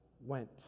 went